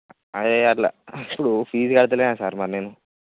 అదే అట్లా ఇప్పుడు ఫీజు కడతలేనా సార్ మరి నేను